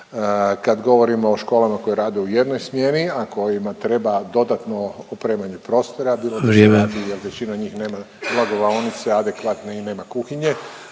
Kad govorimo o školama koje rade u jednoj smjeni, a kojima treba dodatno opremanje prostora, bilo da se radi … .../Upadica: Vrijeme./... jer većina njih nema blagovaonice adekvatne i nema kuhinje,